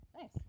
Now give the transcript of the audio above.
nice